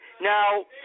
Now